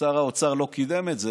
שר האוצר לא קידם את זה?